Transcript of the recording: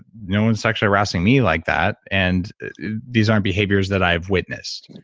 no one's sexually harassing me like that. and these aren't behaviors that i have witnessed,